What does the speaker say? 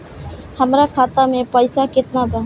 हमरा खाता में पइसा केतना बा?